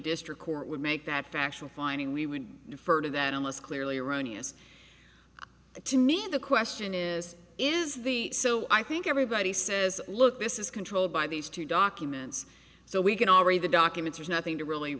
district court would make that factual finding we would defer to that unless clearly erroneous to me the question is is the so i think everybody says look this is controlled by these two documents so we can all read the documents there's nothing to really